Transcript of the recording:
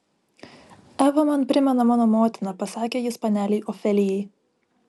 eva man primena mano motiną pasakė jis panelei ofelijai